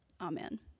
Amen